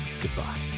goodbye